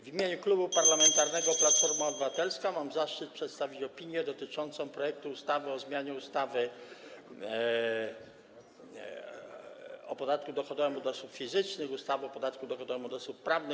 W imieniu Klubu Parlamentarnego Platforma Obywatelska [[Gwar na sali, dzwonek]] mam zaszczyt przedstawić opinię dotyczącą projektu ustawy o zmianie ustawy o podatku dochodowym od osób fizycznych, ustawy o podatku dochodowym od osób prawnych,